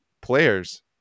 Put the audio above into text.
players